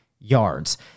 Yards